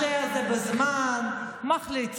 הייתם קוצבים את הנושא הזה בזמן, מחליטים.